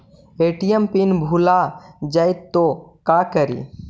ATM pin भुला जाए तो का करी?